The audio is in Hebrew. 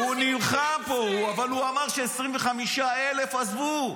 הוא נלחם פה, אבל הוא אמר ש-25,000 עזבו,